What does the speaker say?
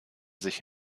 sich